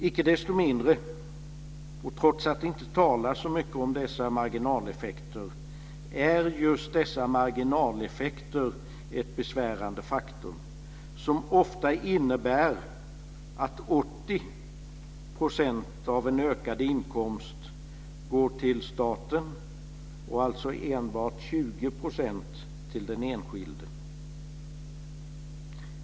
Icke desto mindre och trots att det inte talas så mycket om dessa marginaleffekter är de ett besvärande faktum som ofta innebär att 80 % av en ökad inkomst går till staten och alltså enbart 20 % till den enskilde.